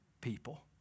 people